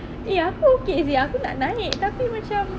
eh aku okay seh aku nak naik tapi macam